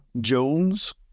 Jones